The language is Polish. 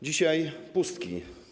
Dzisiaj - pustki.